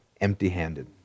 empty-handed